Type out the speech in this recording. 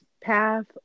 path